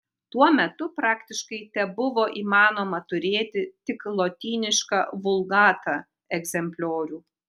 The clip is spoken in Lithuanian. tuo metu praktiškai tebuvo įmanoma turėti tik lotynišką vulgata egzempliorių